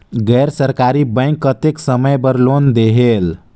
गैर सरकारी बैंक कतेक समय बर लोन देहेल?